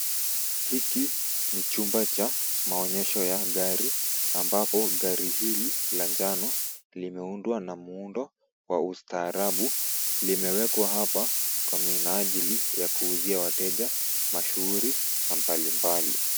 Hiki ni chumba cha maonyesho ya gari ambapo gari hili la njano limeundwa na muundo wa ustaarabu, limewekwa hapa kwa minajili ya kuuzia wateja mashuhuri na mbalimbali.